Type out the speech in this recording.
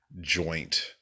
joint